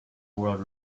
world